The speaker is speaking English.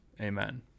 Amen